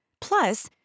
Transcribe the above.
Plus